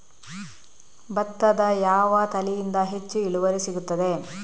ಭತ್ತದ ಯಾವ ತಳಿಯಿಂದ ಹೆಚ್ಚು ಇಳುವರಿ ಸಿಗುತ್ತದೆ?